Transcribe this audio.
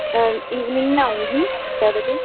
evening میں آؤں گی چھ بجے